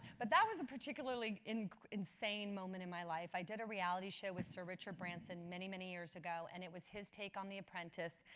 but that was a particularly insane moment in my life. i did a reality show with sir richard branson many, many years ago and it was his take on the apprentice.